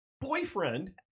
boyfriend